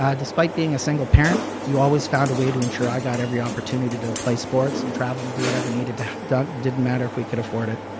ah despite being a single parent you always found a way to ensure i got every opportunity to to play sports and travel, and do whatever needed to done, it didn't matter if we could afford it.